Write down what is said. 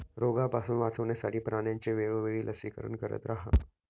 रोगापासून वाचवण्यासाठी प्राण्यांचे वेळोवेळी लसीकरण करत रहा